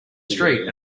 street